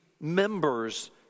members